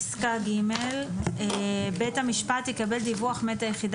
פסקה (ג) (ג) בית המשפט יקבל דיווח מאת היחידה